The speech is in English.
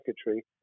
secretary